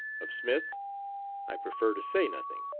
of smith i prefer to say nothing.